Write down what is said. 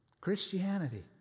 Christianity